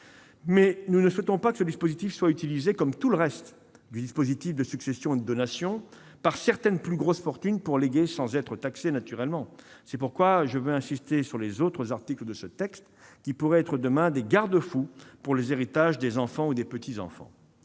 Mais nous ne souhaitons pas que ce dispositif soit utilisé, comme tout le reste du dispositif de succession et donation, par certaines plus grosses fortunes pour léguer sans être taxées. C'est pourquoi je veux insister sur les autres articles de ce texte, qui, demain, pourraient être des garde-fous pour les héritages des enfants ou des petits enfants.